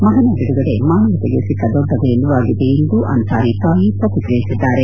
ಮಗನ ಬಿಡುಗಡೆ ಮಾನವತೆಗೆ ಸಿಕ್ಕ ದೊಡ್ಡ ಗೆಲುವಾಗಿದೆ ಎಂದು ಅನ್ಲಾರಿ ತಾಯಿ ಪ್ರತಿಕ್ರಿಯೆ ನೀಡಿದ್ದಾರೆ